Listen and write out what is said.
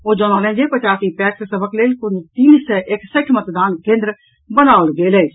ओ जनौलनि जे पचासी पैक्स सभक लेल कुल तीन सय एकसठि मतदान केन्द्र बनाओल गेल अछि